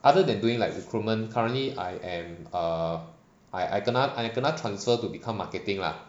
other than doing like recruitment currently I am err I I kena I kena transfer to become marketing lah